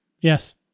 Yes